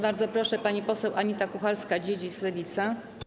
Bardzo proszę, pani poseł Anita Kucharska-Dziedzic, Lewica.